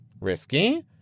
Risky